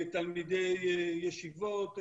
תלמידי ישיבות,